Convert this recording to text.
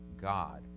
God